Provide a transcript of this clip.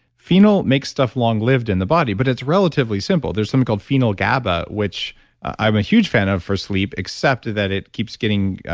phenyl makes stuff long lived in the body, but it's relatively simple there's something called phenyl gaba, which i'm huge fan of for sleep, except that it keeps getting